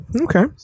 Okay